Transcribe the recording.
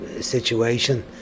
situation